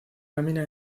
lámina